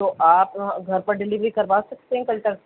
تو آپ گھر پر ڈلیوری کروا سکتے ہیں کل تک